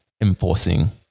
enforcing